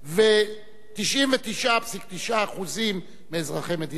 ו-99.9% מאזרחי מדינת ישראל.